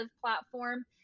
platform